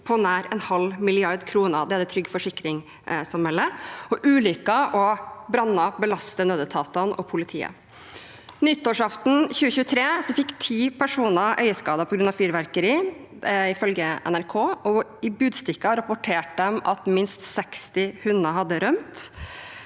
på nær en halv milliard kroner. Det er det Trygg Forsikring som melder. Ulykker og branner belaster også nødetatene og politiet. Nyttårsaften 2023 fikk ti personer øyeskader på grunn av fyrverkeri, ifølge NRK, og Budstikka rapporterte at minst 60 hunder hadde rømt.